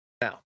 now